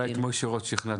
אולי את משה רוט שכנעת.